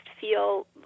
feel